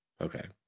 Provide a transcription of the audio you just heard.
Okay